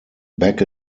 back